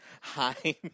Hi